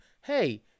Hey